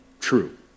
true